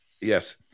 Yes